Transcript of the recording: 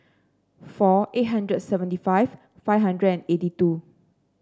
four eight hundred seventy five five hundred eighty two